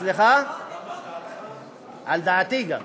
גם על דעתי.